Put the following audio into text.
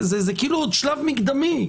זה עוד שלב מקדמי.